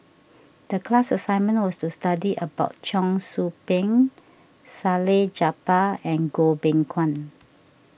the class assignment was to study about Cheong Soo Pieng Salleh Japar and Goh Beng Kwan